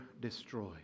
destroy